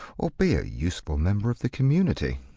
or be a useful member of the community.